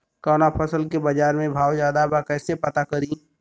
कवना फसल के बाजार में भाव ज्यादा बा कैसे पता करि?